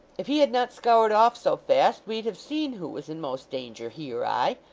if he had not scoured off so fast, we'd have seen who was in most danger, he or i.